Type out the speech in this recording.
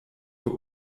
für